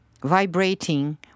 Vibrating